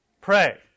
pray